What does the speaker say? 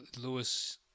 Lewis